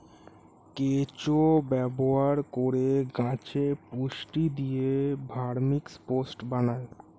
কেঁচো ব্যবহার করে গাছে পুষ্টি দিয়ে ভার্মিকম্পোস্ট বানায়